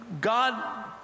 God